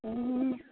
ए